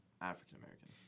African-American